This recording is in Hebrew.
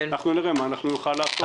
נראה מה נוכל לעשות.